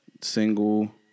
single